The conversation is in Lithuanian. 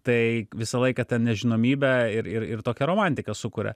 tai visą laiką tą nežinomybę ir ir ir tokia romantiką sukuria